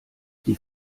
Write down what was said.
die